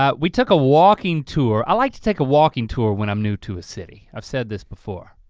um we took a walking tour, i like to take a walking tour when i'm new to a city, i've said this before.